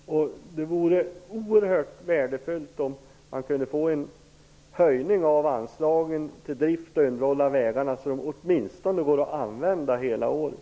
Det vore oerhört värdefullt om man kunde få en höjning av anslagen till drift och underhåll av vägarna, så att de åtminstone går att använda hela året.